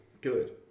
Good